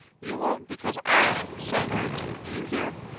you won't because i say not. do you hear?